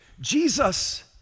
Jesus